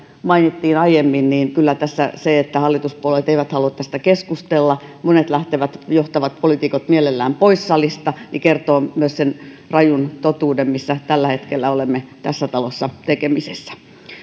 mainittiin aiemmin niin kyllä tässä se että hallituspuolueet eivät halua tästä keskustella monet johtavat poliitikot lähtevät mielellään pois salista kertoo myös sen rajun totuuden minkä kanssa tällä hetkellä olemme tässä talossa tekemisissä